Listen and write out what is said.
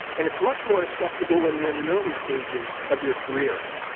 and it's much more acceptable when you're in the early stages of your career.